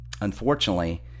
unfortunately